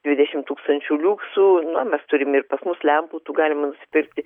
dvidešimt tūkstančių liuksų na mes turim ir pas mus lempų tų galima nusipirkti